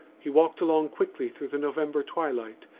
he walked along quickly through the november twilight,